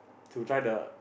to try the